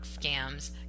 scams